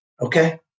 Okay